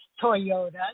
Toyota